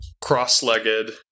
cross-legged